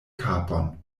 kapon